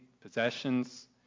possessions